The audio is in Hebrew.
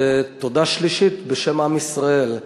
ותודה שלישית בשם עם ישראל,